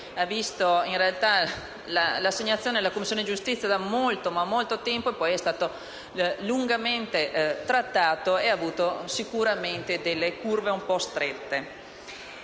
ha visto l'assegnazione alla Commissione giustizia da moltissimo tempo; esso poi è stato lungamente trattato ed ha affrontato sicuramente delle curve un po' strette.